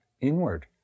inward